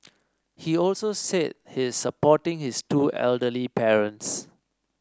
he also said he is supporting his two elderly parents